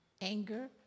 anger